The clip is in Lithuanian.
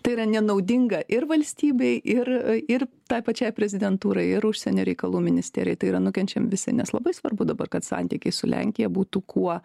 tai yra nenaudinga ir valstybei ir ir tai pačiai prezidentūrai ir užsienio reikalų ministerijai tai yra nukenčiam visi nes labai svarbu dabar kad santykiai su lenkija būtų kuo